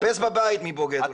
תחפש בבית מי בוגד במי.